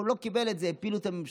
אבל הוא לא קיבל את זה והפילו את הממשלה.